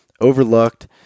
overlooked